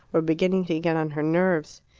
were beginning to get on her nerves.